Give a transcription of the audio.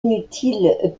inutile